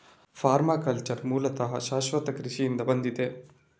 permaculture ಮೂಲತಃ ಶಾಶ್ವತ ಕೃಷಿಯಿಂದ ಬಂದಿದೆ